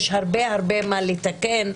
יש הרבה מה לתקן,